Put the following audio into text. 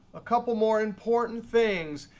a couple more important things.